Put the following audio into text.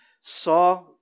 saw